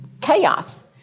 chaos